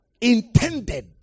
intended